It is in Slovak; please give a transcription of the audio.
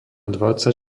dvadsať